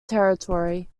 territory